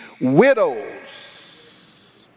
widows